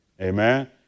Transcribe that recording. Amen